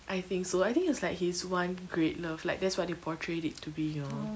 I think so I think it was like his one great love like that's what they portrayed it to be you know